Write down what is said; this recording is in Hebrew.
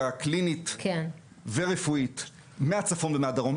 הקלינית והרפואית מהצפון ומהדרום.